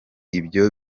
ibyo